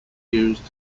used